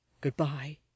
goodbye